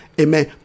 amen